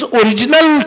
original